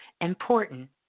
important